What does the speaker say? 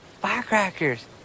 firecrackers